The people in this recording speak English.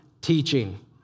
teaching